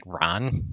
Ron